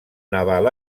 naval